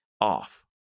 off